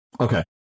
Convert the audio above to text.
Okay